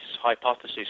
hypothesis